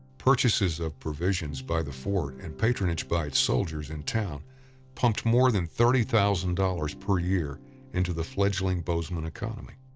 purchases of provisions by the fort and patronage by its soldiers in town pumped more than thirty thousand dollars dollars per year into the fledging bozeman economy.